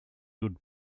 good